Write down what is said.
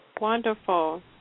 Wonderful